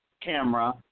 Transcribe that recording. camera